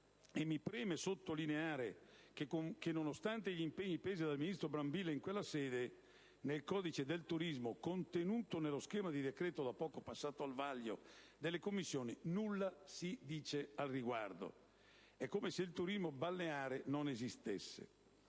mi preme sottolineare che, nonostante gli impegni presi dal ministro Brambilla in quella sede, nel codice del turismo contenuto nello schema di decreto da poco passato al vaglio delle Commissioni nulla si dice in proposito: è come se il turismo balneare non esistesse.